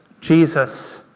Jesus